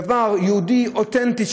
דבר יהודי אותנטי,